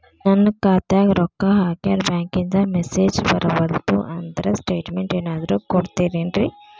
ನನ್ ಖಾತ್ಯಾಗ ರೊಕ್ಕಾ ಹಾಕ್ಯಾರ ಬ್ಯಾಂಕಿಂದ ಮೆಸೇಜ್ ಬರವಲ್ದು ಅದ್ಕ ಸ್ಟೇಟ್ಮೆಂಟ್ ಏನಾದ್ರು ಕೊಡ್ತೇರೆನ್ರಿ?